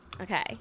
Okay